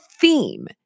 theme